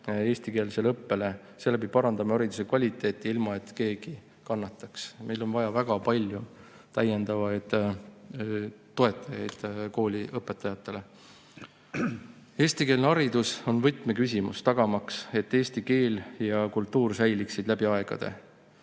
eestikeelsele õppele, seeläbi parandame hariduse kvaliteeti, ilma et keegi kannataks. Meil on vaja väga palju täiendavaid toetajaid kooliõpetajatele. Eestikeelne haridus on võtmeküsimus tagamaks, et eesti keel ja kultuur säiliksid läbi aegade.